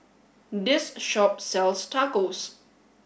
this shop sells Tacos